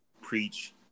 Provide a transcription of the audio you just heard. preach